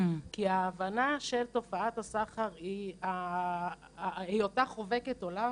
כי ההבנה של תופעת הסחר היא היותה חובקת עולם,